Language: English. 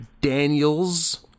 Daniels